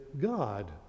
God